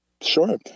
sure